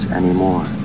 anymore